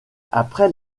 après